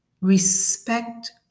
respect